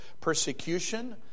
persecution